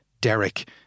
Derek